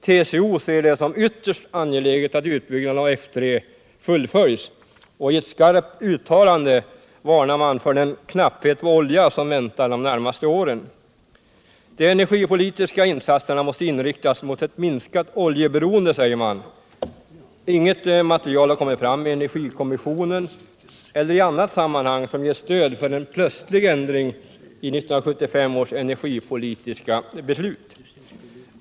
TCO ser det som ytterst angeläget att utbyggnaden av F3 fullföljs. I ett skarpt uttalande varnar man för den knapphet på olja som väntar de närmaste åren. De energipolitiska insatserna måste inriktas mot ett minskat oljeberoende, säger man. Inget material har kommit fram i energikommissionen eller i annat sammanhang som ger stöd för en plötslig ändring av 1975 års energipolitiska beslut.